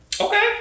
Okay